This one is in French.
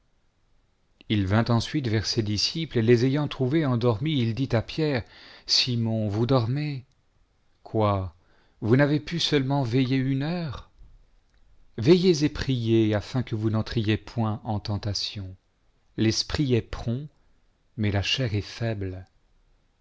il vint ensuite vers ses disciples et les ayant trouvés endormis il dit à pierre sitres un sujet de scandale vous mon vous dormez quoij vous n'avez w seulement veiller une heure veillez et priez afin que vous n'entriez point en tentation l'esprit est prompt mais la chair est faible